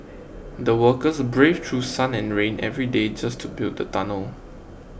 the workers braved through sun and rain every day just to build the tunnel